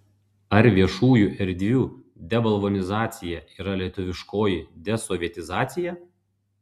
ar viešųjų erdvių debalvonizacija ir yra lietuviškoji desovietizacija